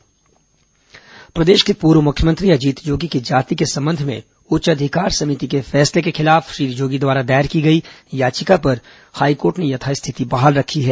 अजीत जोगी जाति मामला प्रदेश के पूर्व मुख्यमंत्री अजीत जोगी की जाति के संबंध में उच्च अधिकार समिति के फैसले के खिलाफ श्री जोगी द्वारा दायर की गई याचिका पर हाईकोर्ट ने यथास्थिति बहाल रखी है